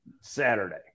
Saturday